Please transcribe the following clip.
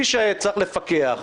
מי שצריך לפקח,